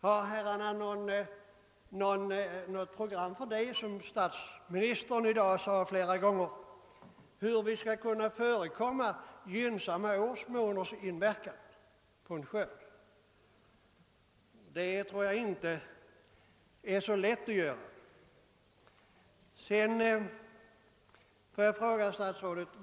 Har herrarna något program för det, som statsministern frågade flera gånger i dag, hur vi skall kunna förekomma dessa gynnsamma årsmåners inverkan på en skörd? Jag tror inte att det är så lätt att klara av detta. Herr statsråd!